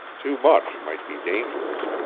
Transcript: too much might be dangerous.